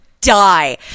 die